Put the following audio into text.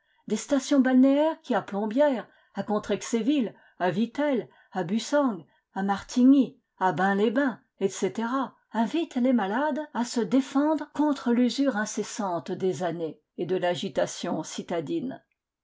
des stations balnéaires qui à plombières à contrexéville à vittel à bussang à martigny à bains les bains etc invitent les malades à se défendre contre l'usure incessante des années et de l'agitation citadine